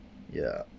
ya